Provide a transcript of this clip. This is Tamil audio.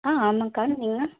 ஆ ஆமாம்க்கா நீங்கள்